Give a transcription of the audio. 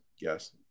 yes